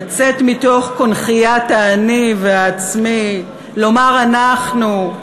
לצאת מתוך קונכיית ה"אני" ו"העצמי", לומר "אנחנו".